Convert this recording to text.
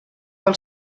pel